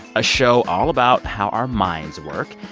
a show all about how our minds work.